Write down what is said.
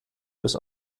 bis